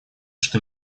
что